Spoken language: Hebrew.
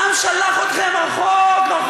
העם שלח אתכם רחוק-רחוק,